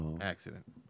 accident